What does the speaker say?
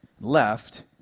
left